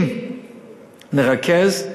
אם נרכז,